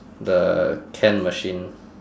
the can machine